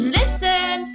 listen